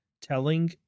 telling